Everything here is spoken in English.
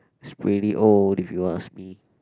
he's really old if you ask me